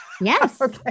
yes